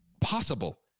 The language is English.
possible